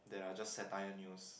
that are just satire news